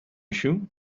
shoe